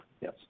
Yes